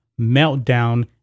meltdown